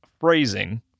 phrasing